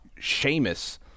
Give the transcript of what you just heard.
Seamus